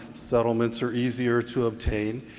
settlements are easier to obtain,